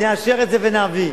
נאשר את זה ונביא.